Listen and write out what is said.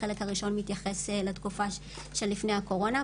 החלק הראשון מתייחס לתקופה של לפני הקורונה,